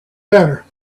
better